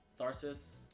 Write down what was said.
Tharsis